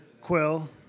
Quill